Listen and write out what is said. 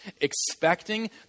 expecting